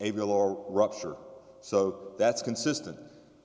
will or rupture so that's consistent